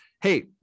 hey